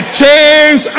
chains